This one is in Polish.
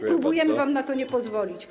My próbujemy wam na to nie pozwolić.